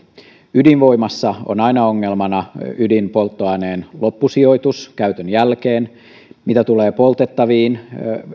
ydinvoimassa on aina ongelmana ydinpolttoaineen loppusijoitus käytön jälkeen mitä tulee poltettaviin